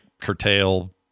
curtail